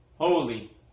holy